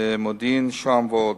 מודיעין, שוהם ועוד.